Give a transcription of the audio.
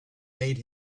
made